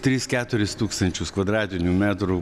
tris keturis tūkstančius kvadratinių metrų